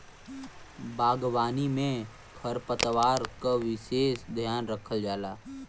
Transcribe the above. बागवानी में खरपतवार क विसेस ध्यान रखल जाला